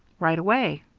right away.